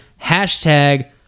hashtag